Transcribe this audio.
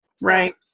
Right